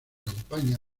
campaña